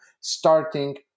starting